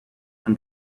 and